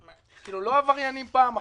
לא עבריינים פעם אחת,